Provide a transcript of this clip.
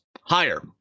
higher